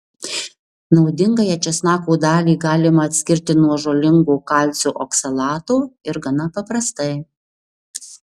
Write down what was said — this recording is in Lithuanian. naudingąją česnako dalį galima atskirti nuo žalingo kalcio oksalato ir gana paprastai